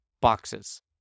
boxes